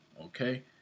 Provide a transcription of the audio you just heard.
okay